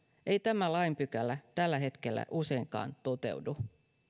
ei tämä lainpykälä tällä hetkellä useinkaan toteudu